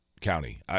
County